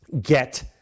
get